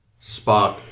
Spock